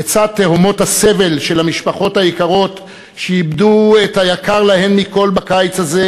לצד תהומות הסבל של המשפחות היקרות שאיבדו את היקר להן מכול בקיץ הזה,